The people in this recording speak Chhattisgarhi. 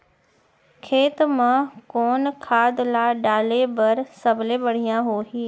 खेत म कोन खाद ला डाले बर सबले बढ़िया होही?